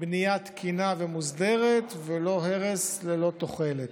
בנייה תקינה ומוסדרת, ולא הרס ללא תוחלת.